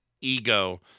ego